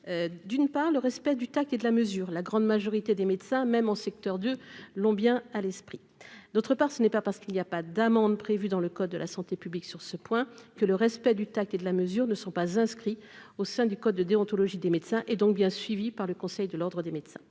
d'une part, le respect du tact et de la mesure, la grande majorité des médecins même en secteur du long bien à l'esprit, d'autre part, ce n'est pas parce qu'il y a pas d'amende prévue dans le code de la santé publique, sur ce point que le respect du tact et de la mesure ne sont pas inscrits au sein du code de déontologie des médecins et donc bien suivie par le Conseil de l'Ordre des médecins,